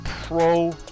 pro